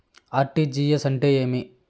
RTGS అంటే ఏమి